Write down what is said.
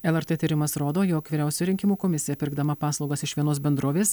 lrt tyrimas rodo jog vyriausioji rinkimų komisija pirkdama paslaugas iš vienos bendrovės